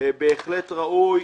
בהחלט ראויים